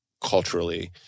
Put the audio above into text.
culturally